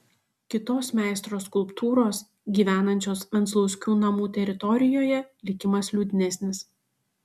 kitos meistro skulptūros gyvenančios venclauskių namų teritorijoje likimas liūdnesnis